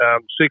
six